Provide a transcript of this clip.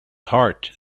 heart